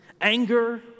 anger